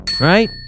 right